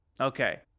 Okay